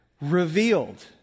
revealed